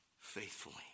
faithfully